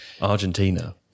Argentina